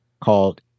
called